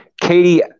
Katie